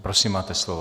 Prosím, máte slovo.